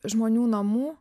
žmonių namų